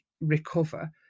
recover